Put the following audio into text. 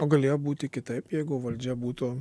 o galėjo būti kitaip jeigu valdžia būtų